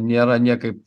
nėra niekaip